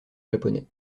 japonais